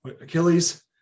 Achilles